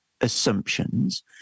assumptions